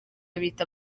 bita